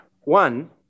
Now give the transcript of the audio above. one